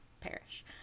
perish